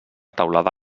teulada